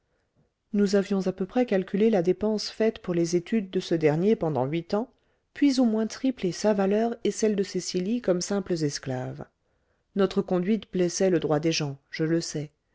nous avions à peu près calculé la dépense faite pour les études de ce dernier pendant huit ans puis au moins triplé sa valeur et celle de cecily comme simples esclaves notre conduite blessait le droit des gens je le sais